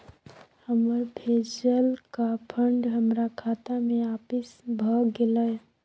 हमर भेजलका फंड हमरा खाता में आपिस भ गेलय